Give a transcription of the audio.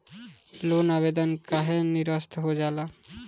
Loan आवेदन काहे नीरस्त हो जाला?